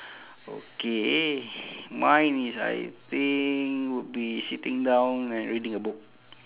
okay mine is I think would be sitting down and reading a book